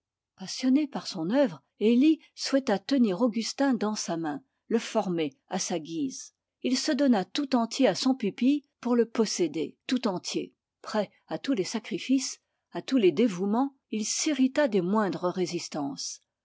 passionné pour son œuvre forgerus souhaita tenir augustin dans sa main le former à sa guise il se donna tout entier à son pupille pour le posséder tout entier prêt à tous les dévouements il s'irrita des moindres résistances